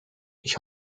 ich